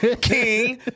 King